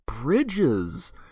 bridges